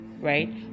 right